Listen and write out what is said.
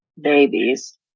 babies